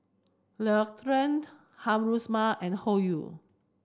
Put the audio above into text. L'Occitane Haruma and Hoyu